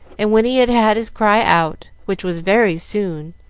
and when he had had his cry out, which was very soon,